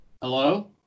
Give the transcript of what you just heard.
Hello